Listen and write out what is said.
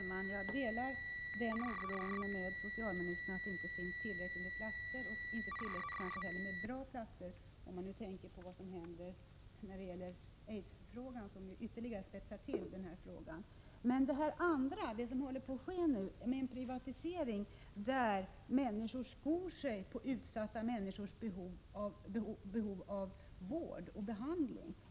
Herr talman! Jag delar socialministerns oro över att det inte finns tillräckligt med bra vårdplatser — vi har ju problemet med aids som ytterligare spetsar till frågan. Men det finns personer som skor sig på utsatta människors behov av vård och behandling i samband med den privatisering som nu pågår.